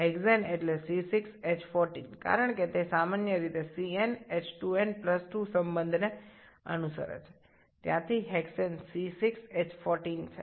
হেক্সেনের মানে C6 H14 কারণ এটি সাধারণত Cn H2n2 এর একটি সম্পর্ক অনুসরণ করে সেখান থেকে হেক্সেনটি C6 H14 হয়